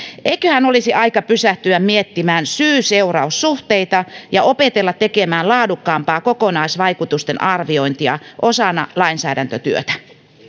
eiköhän olisi aika pysähtyä miettimään syy seuraus suhteita ja opetella tekemään laadukkaampaa kokonaisvaikutusten arviointia osana lainsäädäntötyötä